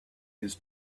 his